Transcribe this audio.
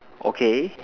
okay